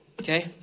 okay